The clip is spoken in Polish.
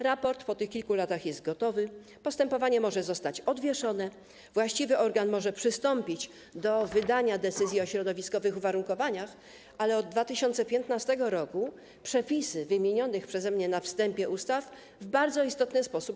Raport po tych kilku latach jest gotowy, postępowanie może zostać odwieszone, właściwy organ może przystąpić do wydania decyzji o środowiskowych uwarunkowaniach, ale od 2015 r. przepisy wymienionych przeze mnie na wstępie ustaw zmieniły się w bardzo istotny sposób.